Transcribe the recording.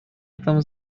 этом